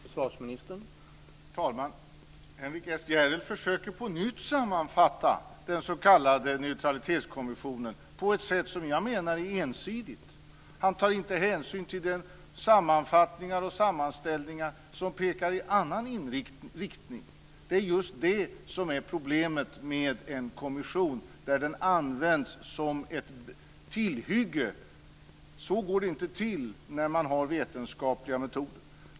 Herr talman! Henrik S Järrel försöker på nytt sammanfatta den s.k. Neutralitetskommissionen på ett sätt som jag menar är ensidigt. Han tar inte hänsyn till sammanfattningar och sammanställningar som pekar i annan riktning. Det är just detta som är problemet med en kommission. Den används som ett tillhygge. Så går det inte till när man använder vetenskapliga metoder.